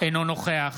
אינו נוכח